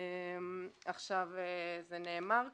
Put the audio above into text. זה נאמר כבר,